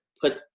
put